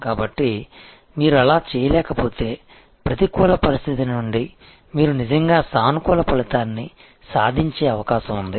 కాబట్టి మీరు అలా చేయలేకపోతే ప్రతికూల పరిస్థితి నుండి మీరు నిజంగా సానుకూల ఫలితాన్ని సాధించే అవకాశం ఉంది